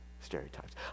stereotypes